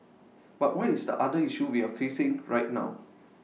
but what is the other issue we're facing right now